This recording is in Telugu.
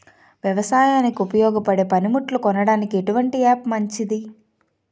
వ్యవసాయానికి ఉపయోగపడే పనిముట్లు కొనడానికి ఎటువంటి యాప్ మంచిది?